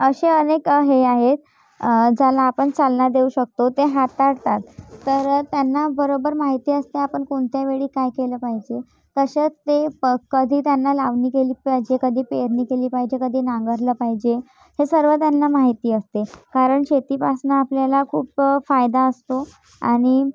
असे अनेक हे आहे ज्याला आपण चालना देऊ शकतो ते हाताळतात तर त्यांना बरोबर माहिती असते आपण कोणत्या वेळी काय केलं पाहिजे तसे ते प कधी त्यांना लावणी केली पाहिजे कधी पेरणी केली पाहिजे कधी नांगरलं पाहिजे हे सर्व त्यांना माहिती असते कारण शेतीपासून आपल्याला खूप फायदा असतो आणि